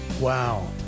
Wow